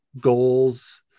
goals